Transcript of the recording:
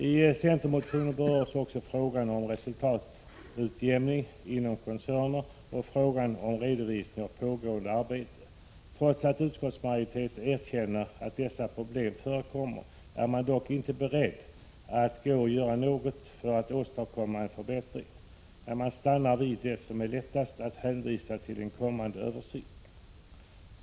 I centermotionen berörs även frågan om resultatutjämning inom koncerner och frågan om redovisning av pågående arbete. Trots att utskottsmajoriteten erkänner att dessa problem förekommer, är man inte beredd att göra något för att åstadkomma en förbättring. Man stannar vid det som är lättast — att hänvisa till en kommande översyn.